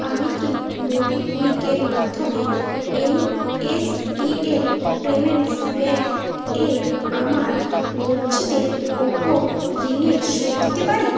আমি কি মোবিক্যুইক এর মাধ্যমে N S D L payments bank এ আমার গচ্ছিতের ওপর ঋণের সুদ দিতে পারি